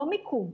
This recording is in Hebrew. לא מיקום,